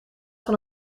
van